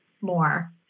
more